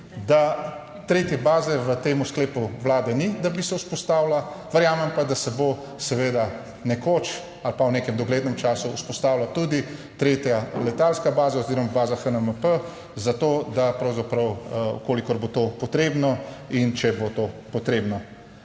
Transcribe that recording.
da tretje baze v tem sklepu Vlade ni, da bi se vzpostavila. Verjamem pa, da se bo seveda nekoč ali pa v nekem doglednem času vzpostavila tudi tretja letalska baza oziroma baza HNMP zato, da pravzaprav v kolikor bo to potrebno in če bo to potrebno.